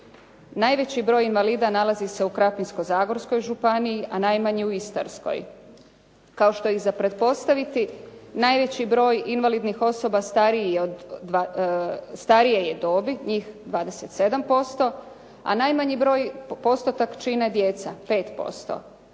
Najveći broj invalida nalazi se u Krapinsko-zagorskoj županiji, a najmanje u Istarskoj. Kao što je i za pretpostaviti, najveći broj invalidnih osoba starije je dobi, njih 27%, a najmanji postotak čine djeca 5%.